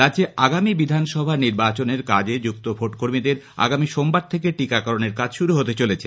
রাজ্যে আগামী বিধানসভা নির্বাচনের কাজে যুক্ত ভোট কর্মীদের আগামী সোমবার থেকে টিকাকরণের কাজ শুরু হতে চলেছে